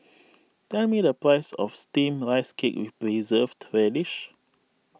tell me the price of Steamed Rice Cake with Preserved Radish